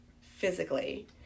physically